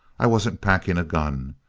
i wasn't packing a gun.